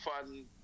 fun